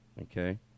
Okay